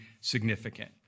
significant